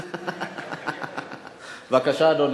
בבקשה, אדוני.